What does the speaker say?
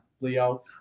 Leo